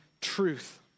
truth